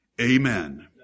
amen